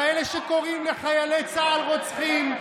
כאלו שקוראים לחיילי צה"ל "רוצחים",